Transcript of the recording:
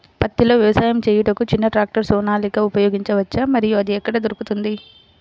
పత్తిలో వ్యవసాయము చేయుటకు చిన్న ట్రాక్టర్ సోనాలిక ఉపయోగించవచ్చా మరియు అది ఎక్కడ దొరుకుతుంది?